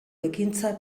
ekintza